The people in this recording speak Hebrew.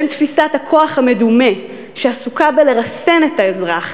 בין תפיסת הכוח המדומה, שעסוקה בלרסן את האזרח,